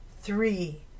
Three